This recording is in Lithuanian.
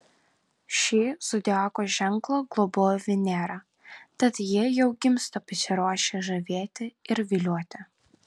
šį zodiako ženklą globoja venera tad jie jau gimsta pasiruošę žavėti ir vilioti